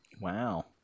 Wow